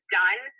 done